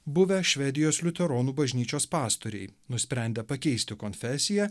buvę švedijos liuteronų bažnyčios pastoriai nusprendę pakeisti konfesiją